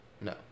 No